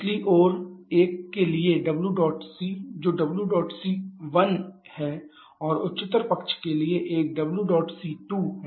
निचली ओर 1 के लिए डब्ल्यू डॉट सी जो डब्ल्यू डॉट सी 1 है और उच्चतर पक्ष के लिए एक डब्ल्यू डॉट सी 2 है